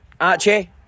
Archie